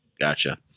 Gotcha